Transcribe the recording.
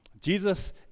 Jesus